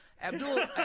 Abdul